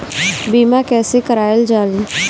बीमा कैसे कराएल जाइ?